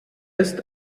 ist